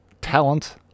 talent